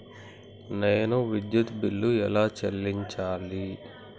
నేను విద్యుత్ బిల్లు ఎలా చెల్లించాలి?